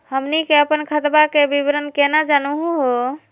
हमनी के अपन खतवा के विवरण केना जानहु हो?